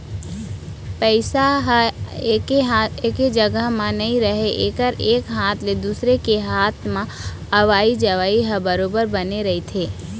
पइसा ह एके जघा म नइ राहय एकर एक हाथ ले दुसर के हात म अवई जवई ह बरोबर बने रहिथे